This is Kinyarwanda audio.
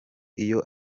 iyo